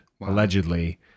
allegedly